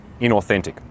inauthentic